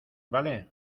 vale